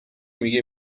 میگه